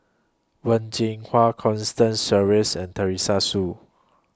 Wen Jinhua Constance Sheares and Teresa Hsu